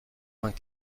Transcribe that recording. vingt